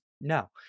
no